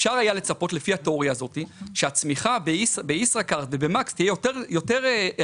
אפשר היה לצפות לפי התיאוריה הזאת שהצמיחה בישראכרט ובמקס תהיה יותר רחב